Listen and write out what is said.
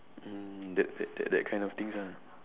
mm that that that kind of things ah